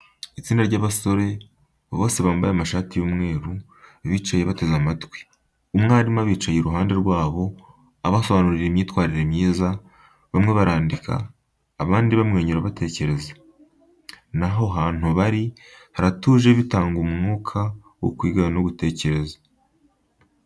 Itsinda ry’abasore bose bambaye amashati y’umweru bicaye bateze amatwi, umwarimu abicaye iruhande rwabo, abasobanurira imyitwarire myiza, bamwe barandika, abandi bamwenyura batekereza, naho ahantu bari haratuje bitanga umwuka wo kwiga no gutekereza.